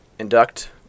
induct